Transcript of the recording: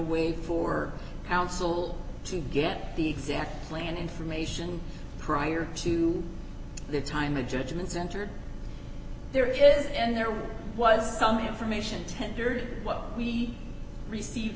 way for counsel to get the exact plan information prior to the time of judgments entered there is and there was some information tendered what we received